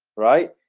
right?